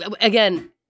again